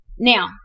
Now